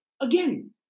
again